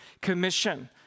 Commission